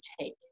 take